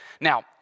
Now